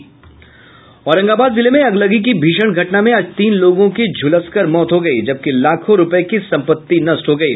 औरंगाबाद जिले में अगलगी की भीषण घटना में आज तीन लोगों की झुलस कर मौत हो गयी जबकि लाखों रूपये की सम्पत्ति नष्ट हो गयी